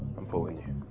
i'm pulling you.